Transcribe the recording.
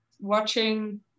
watching